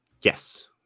Yes